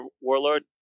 warlord